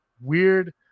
weird